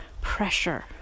pressure